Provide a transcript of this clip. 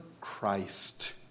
Christ